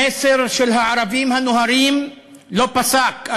המסר של הערבים הנוהרים לא פסק,